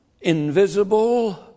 Invisible